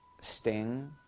Sting